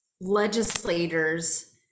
legislators